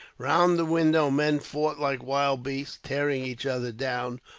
round the window men fought like wild beasts, tearing each other down,